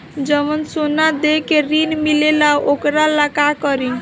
जवन सोना दे के ऋण मिलेला वोकरा ला का करी?